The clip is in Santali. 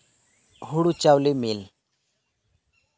ᱦᱩᱲᱩ ᱪᱟᱣᱞᱮ ᱢᱤᱞ